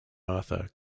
martha